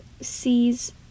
sees